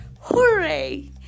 hooray